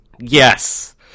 Yes